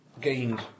gained